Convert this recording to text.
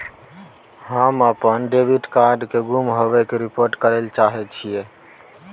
हम अपन debit card के गुम होय के रिपोर्ट करय ले चाहय छियै